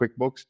QuickBooks